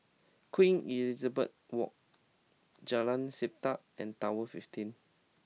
Queen Elizabeth Walk Jalan Sedap and Tower Fifteen